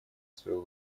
своего